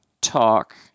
talk